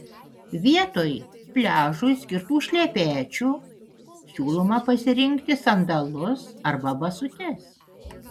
vietoj pliažui skirtų šlepečių siūloma pasirinkti sandalus arba basutes